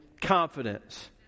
confidence